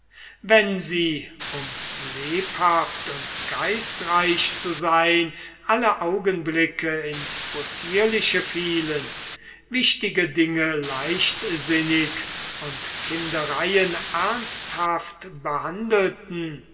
wenn sie um lebhaft und geistreich zu sein alle augenblicke ins possierliche fielen wichtige dinge leichtsinnig und kindereien ernsthaft behandelten